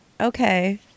Okay